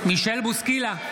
בוסקילה,